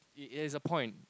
it has a point